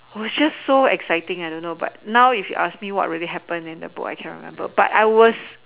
was just so exciting I don't know but now if you ask me what really happened in the book I can remember but I was so